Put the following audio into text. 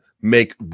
make